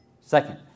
Second